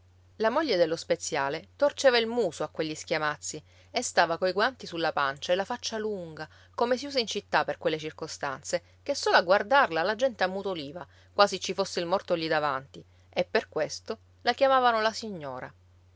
la moglie dello speziale torceva il muso a quegli schiamazzi e stava coi guanti sulla pancia e la faccia lunga come si usa in città per quelle circostanze che solo a guardarla la gente ammutoliva quasi ci fosse il morto lì davanti e per questo la chiamavano la signora